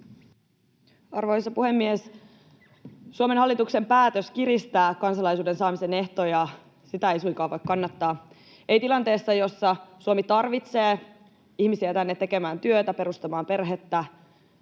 Arvoisa puhemies! Suomen hallituksen päätöstä kiristää kansalaisuuden saamisen ehtoja ei suinkaan voi kannattaa, ei tilanteessa, jossa Suomi tarvitsee ihmisiä tänne tekemään työtä, perustamaan perhettä,